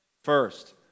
First